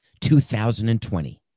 2020